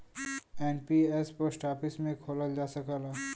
NPS post office में खोलल जा सकला